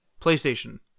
PlayStation